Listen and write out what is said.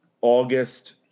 August